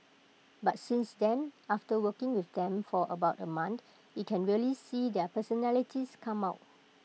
but since then after working with them for about A month you can really see their personalities come out